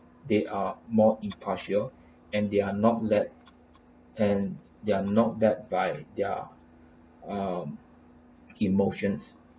they are more impartial and they are not let and they are not led by their uh emotions